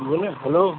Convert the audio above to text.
बोलें हलो